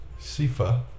sifa